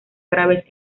graves